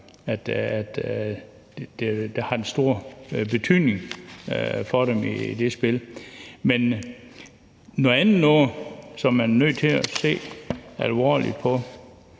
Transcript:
der har den store betydning for dem i den sag. Men noget andet, som vi er nødt til at se alvorligt på,